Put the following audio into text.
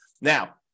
now